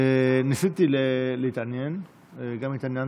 ניסיתי להתעניין, גם התעניינתי.